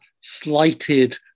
slighted